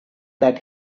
that